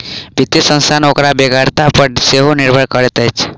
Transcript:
वित्तीय संस्था ओकर बेगरता पर सेहो निर्भर करैत अछि